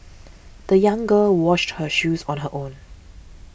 the young girl washed her shoes on her own